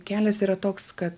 kelias yra toks kad